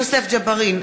אינו נוכח יוסף ג'בארין,